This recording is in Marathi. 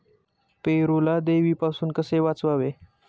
पेरूला देवीपासून कसे वाचवावे?